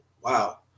wow